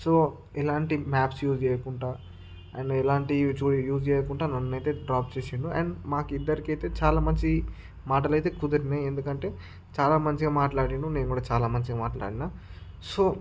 so ఎలాంటి maps use చేయకుండా and ఎలాంటివి యూస్ చేయకుండా నన్ను అయితే డ్రాప్ చేసిండు అండ్ మాకు ఇద్దరికీ అయితే చాలా మంచి మాటలైతే కుదిరినయి ఎందుకంటే చాలా మంచిగా మాట్లాడిండు నేను కూడా చాలా మంచిగా మాట్లాడిన సో